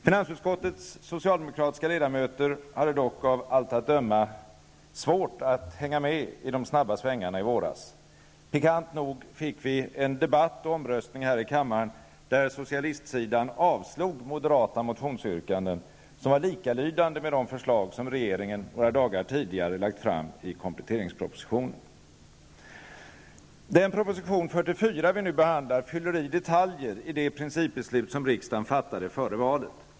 Finansutskottets socialdemokratiska ledamöter hade dock av allt att döma svårt att hänga med i de snabba svängarna i våras. Pikant nog fick vi i våras en debatt och omröstning här i kammaren, där socialistsidan avslog moderata motionsyrkanden som var likalydande med de förslag som regeringen några dagar tidigare lagt fram i kompletteringspropositionen. Den proposition 44 som vi nu behandlar fyller i detaljer i det principbeslut som riksdagen fattade före valet.